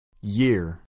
year